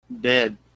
Dead